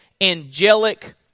angelic